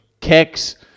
kicks